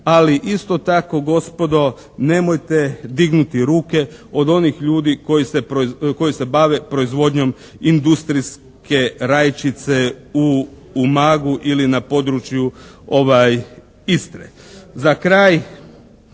Ali isto tako gospodo nemojte dignuti ruke od onih ljudi koji se bave proizvodnjom industrijske rajčice u Umagu ili na području Istre. Za kraj,